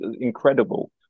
incredible